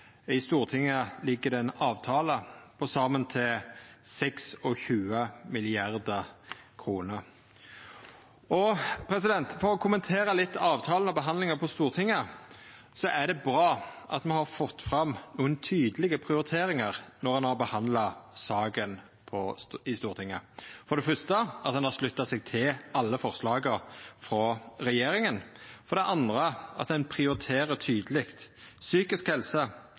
I Stortinget ligg det ein avtale på til saman 26 mrd. kr. For å kommentera avtalen og behandlinga på Stortinget: Det er bra at ein har fått fram nokre tydelege prioriteringar når ein har behandla saka i Stortinget. For det første har ein slutta seg til alle forslaga frå regjeringa, og for det andre prioriterer ein tydeleg psykisk helse